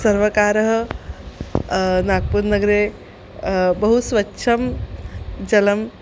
सर्वकारः नाग्पुर् नगरे बहु स्वच्छं जलम्